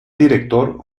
director